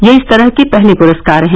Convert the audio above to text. ये इस तरह के पहले पुरस्कार हैं